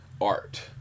art